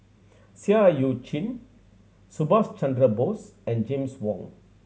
Seah Eu Chin Subhas Chandra Bose and James Wong